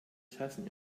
tassen